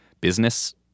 business